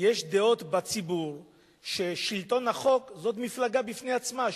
יש דעות בציבור ששלטון החוק הוא מפלגה בפני עצמה,